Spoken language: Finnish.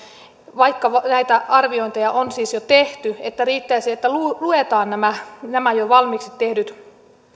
vaikka näitä arviointeja on siis jo tehty niin että riittäisi että luetaan nämä nämä jo valmiiksi tehdyt